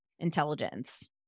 intelligence